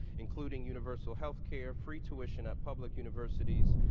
includeing universal health care, free too ation at public universities,